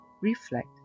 reflect